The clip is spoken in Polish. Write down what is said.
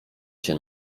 się